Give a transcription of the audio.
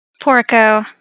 Porco